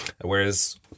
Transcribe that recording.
whereas